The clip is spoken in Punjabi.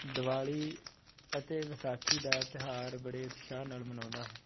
ਦਿਵਾਲੀ ਅਤੇ ਵਿਸਾਖੀ ਦਾ ਤਿਉਹਾਰ ਬੜੇ ਉਤਸ਼ਾਹ ਨਾਲ ਮਨਾਉਂਦਾ ਹਾਂ